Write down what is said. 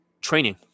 training